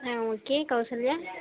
ஆ K Kausalya